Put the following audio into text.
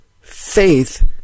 faith